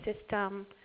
system